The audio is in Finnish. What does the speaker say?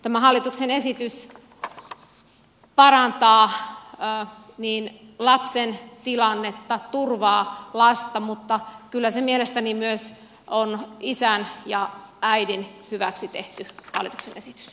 tämä hallituksen esitys parantaa lapsen tilannetta turvaa lasta mutta kyllä se mielestäni on myös isän ja äidin hyväksi tehty hallituksen esitys